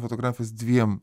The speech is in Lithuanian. fotografas dviem